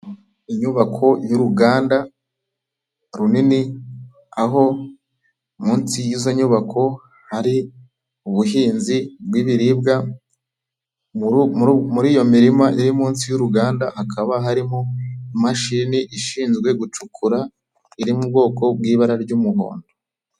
Inyubako y'uruganda runini aho munsi yizo nyubako hari ubuhinzi bw'ibiribwa muri iyo mirima iri munsi y'uruganda hakaba harimo imashini ishinzwe gucukura iri mu bwoko bw'ibara ry'umuhondo.